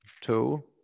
two